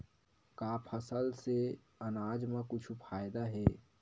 का फसल से आनाज मा कुछु फ़ायदा हे?